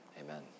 amen